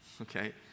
Okay